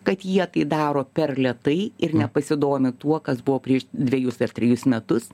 kad jie tai daro per lėtai ir nepasidomi tuo kas buvo prieš dvejus ar trejus metus